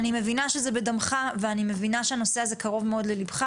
כשאני מבקשת לשמור גם על זכות הדיבור של מי שמגיע